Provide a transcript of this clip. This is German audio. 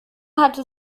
hatte